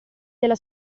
della